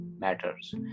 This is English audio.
matters